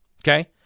Okay